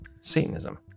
Satanism